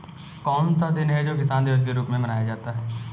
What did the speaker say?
ऐसा कौन सा दिन है जो किसान दिवस के रूप में मनाया जाता है?